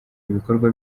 ibikorwa